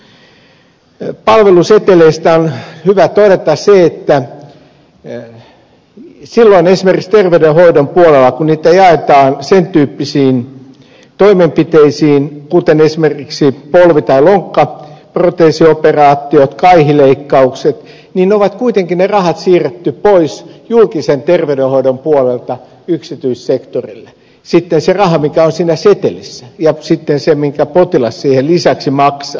palveluseteleistä on hyvä todeta se että silloin esimerkiksi terveydenhoidon puolella kun niitä jaetaan sen tyyppisiin toimenpiteisiin kuten esimerkiksi polvi tai lonkkaproteesioperaatiot kaihileikkaukset ne rahat on kuitenkin siirretty pois julkisen terveydenhoidon puolelta yksityissektorille se raha mikä on siinä setelissä ja sitten se minkä potilas siihen lisäksi maksaa